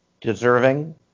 deserving